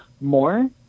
more